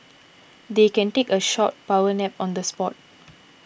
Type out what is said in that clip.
they can take a short power nap on the spot